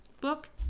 book